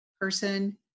person